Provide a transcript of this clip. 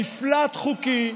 זהו מפלט חוקי,